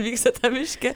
vyksta tam miške